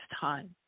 time